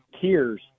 tears